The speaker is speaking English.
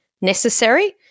necessary